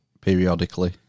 periodically